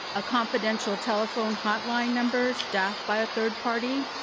a confidential telephone hotline number staffed by a third-party,